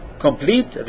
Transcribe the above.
complete